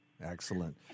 Excellent